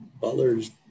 Butler's